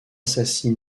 s’assied